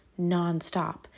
nonstop